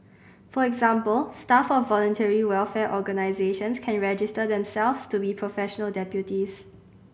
for example staff of voluntary welfare organisations can register themselves to be professional deputies